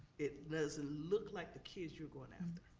it doesn't look like the kids you're going after,